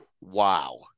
wow